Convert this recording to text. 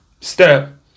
step